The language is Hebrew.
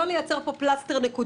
אני מבקשת שלא נייצר פה פלסטר נקודתי,